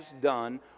done